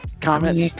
comments